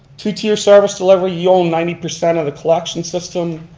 two tier service delivery, you own ninety percent of the collection system.